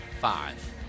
Five